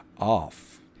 off